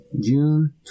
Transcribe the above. June